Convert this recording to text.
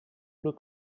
look